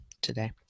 today